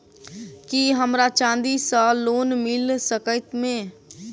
की हमरा चांदी सअ लोन मिल सकैत मे?